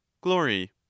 glory